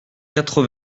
quatre